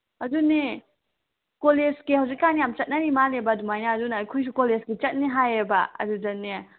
ꯑꯗꯨꯅꯦ ꯀꯣꯂꯦꯖꯀꯤ ꯍꯧꯖꯤꯛ ꯀꯥꯟ ꯌꯥꯝ ꯆꯠꯅꯔꯤ ꯃꯥꯜꯂꯦꯕ ꯑꯗꯨꯃꯥꯏꯅ ꯑꯗꯨꯅ ꯑꯩꯈꯣꯏꯁꯨ ꯀꯣꯂꯦꯖꯀꯤ ꯆꯠꯅꯤ ꯍꯥꯏꯌꯦꯕ ꯑꯗꯨꯗꯅꯦ